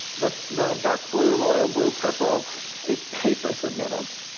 the the dark blue, royal blue, purple is paper submittals.